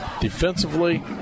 Defensively